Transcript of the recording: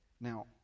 Now